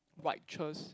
whitechers~